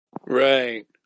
Right